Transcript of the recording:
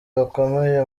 bakomeye